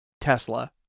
Tesla